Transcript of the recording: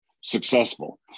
successful